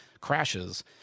crashes